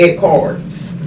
cards